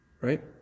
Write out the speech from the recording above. Right